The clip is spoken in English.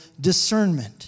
discernment